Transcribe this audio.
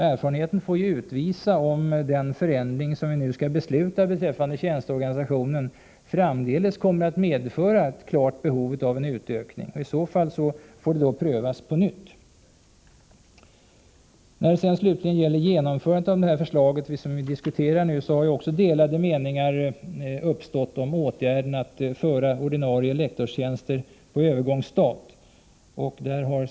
Erfarenheten får utvisa om den förändring beträffande tjänsteorganisationen som vi skall fatta beslut om framdeles kommer att medföra ett klart behov av en utökning. I så fall får den här frågan prövas på nytt. När det slutligen gäller genomförandet av de förslag vi nu diskuterar har delade meningar uppstått om åtgärden att föra ordinarie lektorstjänster på övergångsstat.